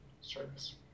service